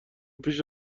پیش